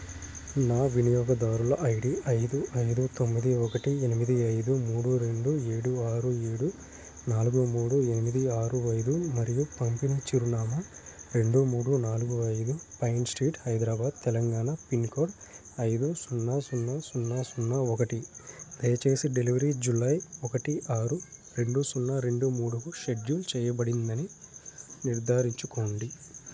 నా వినియోగదారుల ఐడి ఐదు ఐదు తొమ్మిది ఒకటి ఎనిమిది ఐదు మూడు రెండు ఏడు ఆరు ఏడు నాలుగు మూడు ఎనిమిది ఆరు ఐదు మరియు పంపిణీ చిరునామా రెండు మూడు నాలుగు ఐదు Pine Street Hyderabad Telangana pin code ఐదు సున్నా సున్నా సున్నా సున్నా ఒకటి దయచేసి డెలివరీ జులై ఒకటి ఆరు రెండు సున్నా రెండు మూడుకు షెడ్యూల్ చెయ్యబడిందని నిర్ధారిచ్చుకోండి